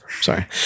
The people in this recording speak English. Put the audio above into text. Sorry